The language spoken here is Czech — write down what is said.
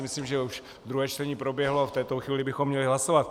Myslím si, že už druhé čtení proběhlo a v této chvíli bychom měli hlasovat.